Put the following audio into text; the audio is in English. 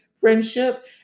friendship